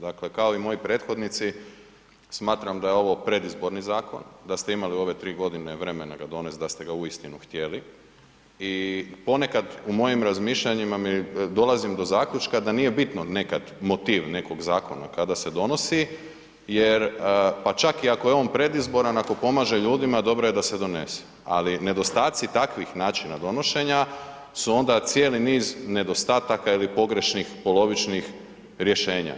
Dakle, kao i moji prethodnici, smatram da je ovo predizborni zakon, da ste imali u ove 3 g. vremena da donest da ste ga uistinu htjeli i ponekad u mojim razmišljanjima dolazim do zaključka da nije bitno nekad motiv nekog zakona kada se donosi jer pa čak i ako je on predizboran, ako pomaže ljudima, dobro je da se donese ali nedostaci takvih načina donošenja su onda cijeli niz nedostataka ili pogrešnih, polovičnih rješenja.